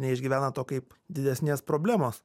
neišgyvena to kaip didesnės problemos